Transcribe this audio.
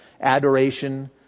adoration